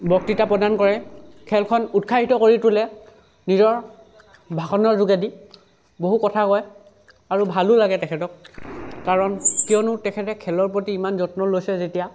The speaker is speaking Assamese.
বক্তৃতা প্ৰদান কৰে খেলখন উৎসাহিত কৰি তোলে নিজৰ ভাষনৰ যোগেদি বহু কথা কয় আৰু ভালো লাগে তেখেতক কাৰণ কিয়নো তেখেতে খেলৰ প্ৰতি ইমান যত্ন লৈছে যেতিয়া